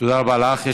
תודה רבה לך.